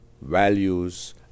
values